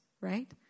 right